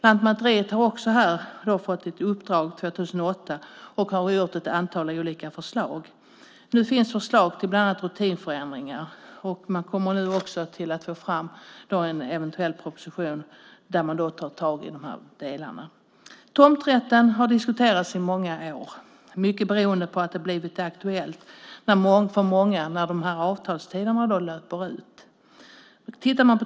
Lantmäteriet fick ett uppdrag 2008 och har presenterat ett antal olika förslag. Nu finns förslag till bland annat rutinförändringar. Man kommer nu också att få fram en eventuell proposition som tar tag i de här delarna. Tomträtten har diskuterats i många år, mycket beroende på att det blivit aktuellt för många när avtalstiderna löpt ut.